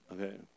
Okay